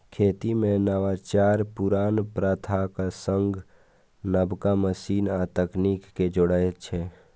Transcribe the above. खेती मे नवाचार पुरान प्रथाक संग नबका मशीन आ तकनीक कें जोड़ै छै